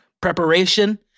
preparation